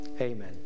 Amen